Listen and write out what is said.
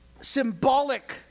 symbolic